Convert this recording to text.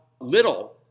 little